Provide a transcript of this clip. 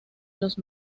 los